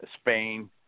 Spain